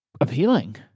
appealing